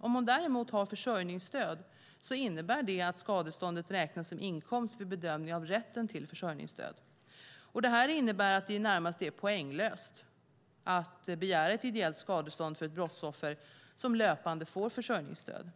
Om hon däremot har försörjningsstöd innebär det att skadeståndet räknas som inkomst vid bedömningen av rätten till försörjningsstöd. Detta innebär att det i det närmaste är poänglöst att begära ett ideellt skadestånd för ett brottsoffer som löpande får försörjningsstöd.